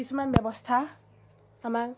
কিছুমান ব্যৱস্থা আমাক